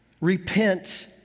repent